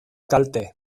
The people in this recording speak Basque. kalte